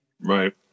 right